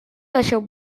deixeu